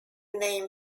name